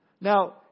Now